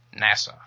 NASA